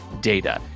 data